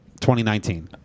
2019